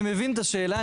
אני מבין את השאלה,